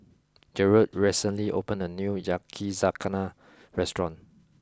Jerod recently opened a new Yakizakana restaurant